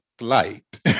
light